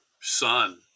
son